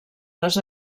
les